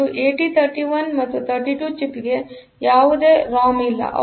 ಮತ್ತು 8031 ಮತ್ತು32 ಚಿಪ್ ಗೆ ಯಾವುದೇ ರಾಮ್ ಇಲ್ಲ